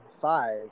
five